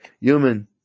human